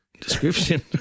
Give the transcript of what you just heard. description